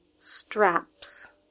Straps